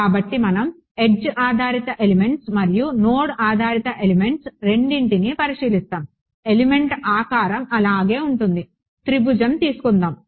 కాబట్టి మనం ఎడ్జ్ ఆధారిత ఎలిమెంట్స్ మరియు నోడ్ ఆధారిత ఎలిమెంట్స్ రెండింటినీ పరిశీలిస్తాము ఎలిమెంట్ ఆకారం అలాగే ఉంటుంది త్రిభుజం తీసుకుందాము